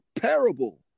parable